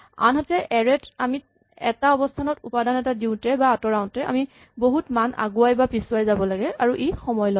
আনহাতে এৰে ত আমি এটা অৱস্হানত উপাদান এটা দিওঁতে বা আঁতৰাওতে আমি বহুত মান আগুৱাই বা পিছুৱাই যাব লাগে আৰু ই সময় লয়